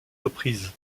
reprises